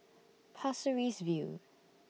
Pasir Ris View